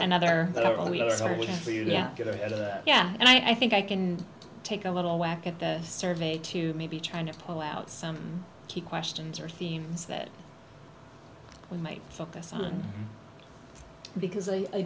for yeah yeah and i think i can take a little whack at the survey too maybe trying to pull out some key questions or themes that we might focus on because i